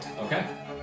Okay